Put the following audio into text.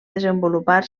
desenvolupar